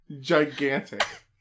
gigantic